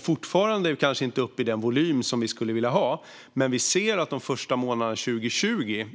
Fortfarande är vi kanske inte uppe i den volym som vi skulle vilja ha, men vi ser att kontrollerna på väg har ökat under de första månaderna 2020.